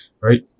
right